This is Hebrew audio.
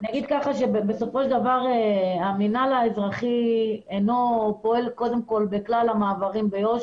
שבסופו של דבר המינהל האזרחי לא פועל בכלל המעברים ביו"ש